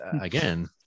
again